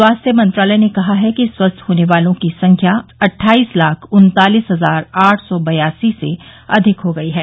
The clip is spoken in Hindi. स्वास्थ्य मंत्रालय ने कहा है कि स्वस्थ होने वालों की संख्या अट्ठाइस लाख उन्तालीस हजार आठ सौ बयासी से अधिक हो गई है